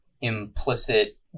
implicit